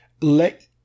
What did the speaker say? let